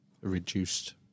reduced